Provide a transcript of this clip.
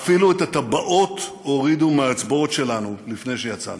אפילו את הטבעות הורידו מהאצבעות שלנו לפני שיצאנו.